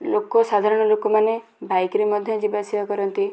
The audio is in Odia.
ଲୋକ ସାଧାରଣ ଲୋକମାନେ ବାଇକ୍ ରେ ମଧ୍ୟ ଯିବା ଆସିବା କରନ୍ତି